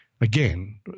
again